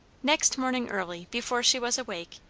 next morning early, before she was awake,